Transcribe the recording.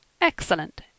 Excellent